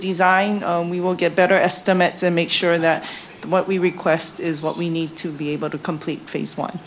design we will get better estimates and make sure that what we request is what we need to be able to complete phase one